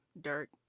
dirt